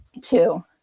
Two